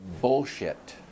Bullshit